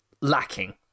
lacking